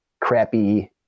crappy